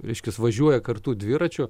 reiškias važiuoja kartu dviračiu